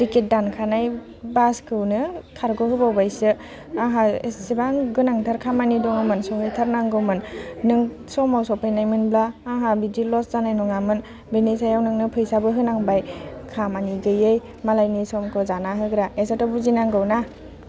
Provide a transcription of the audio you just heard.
ticket दानखानाय बासखौनो खारग'होबावबायसो आंहा एस्सेबा गोनांथार खामानि दङमोन सौहैथारनांगौमोन नों समाव सफैनायमोनब्ला आंहा बिदि लस्ट जानाय नङामोन बिनि सायाव नोंनो फैसाबो होनांबाय खामानि गैयै मालायनि समखौ जाना होग्रा एसेथ' बुजिनांगौ ना